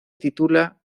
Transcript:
titula